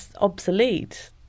obsolete